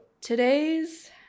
today's